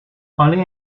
ollie